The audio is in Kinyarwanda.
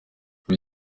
kuri